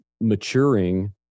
maturing